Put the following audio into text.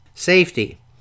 safety